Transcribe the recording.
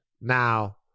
Now